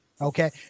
okay